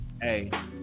hey